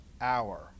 hour